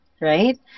right